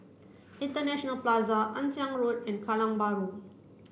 International Plaza Ann Siang Road and Kallang Bahru